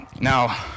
Now